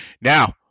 Now